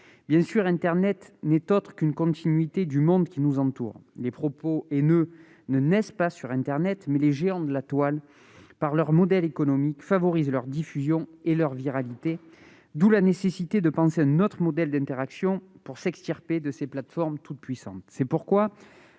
Bien sûr, internet n'est autre que la continuité du monde qui nous entoure. Les propos haineux ne naissent pas sur internet, mais les géants de la toile, par leur modèle économique, favorisent leur diffusion et leur viralité. Il est donc nécessaire de penser un autre modèle d'interaction pour s'extirper de ces plateformes toutes-puissantes.